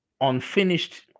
unfinished